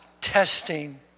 testing